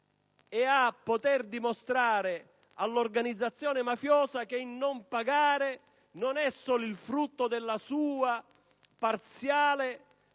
e a dimostrare all'organizzazione mafiosa che questo non è solo il frutto della sua parziale